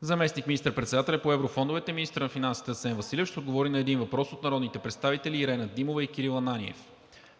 Заместник министър-председателят по еврофондовете и министър на финансите Асен Василев ще отговори на един въпрос от народните представители Ирена Димова и Кирил Ананиев.